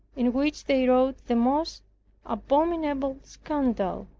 in which they wrote the most abominable scandal